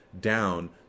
down